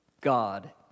God